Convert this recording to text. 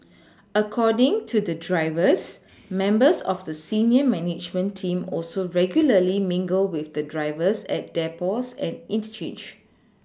according to the drivers members of the senior management team also regularly mingle with the drivers at depots and interchanges